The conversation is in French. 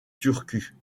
turku